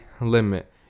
limit